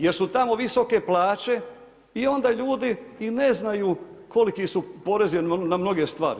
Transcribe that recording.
Jer su tamo visoke plaće i onda ljudi i ne znaju koliki su porezi na mnoge stvari.